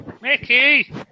Mickey